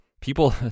people